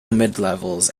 midlevels